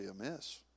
amiss